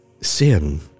sin